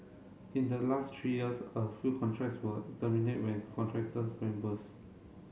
in the last three years a few contracts were terminate when contractors went burst